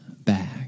back